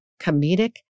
comedic